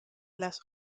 las